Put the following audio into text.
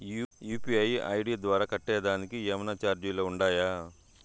UPI ID ద్వారా కట్టేదానికి ఏమన్నా చార్జీలు ఉండాయా?